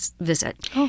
visit